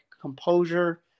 composure